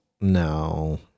No